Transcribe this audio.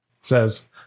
says